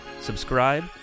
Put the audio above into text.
subscribe